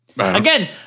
Again